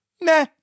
nah